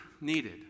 needed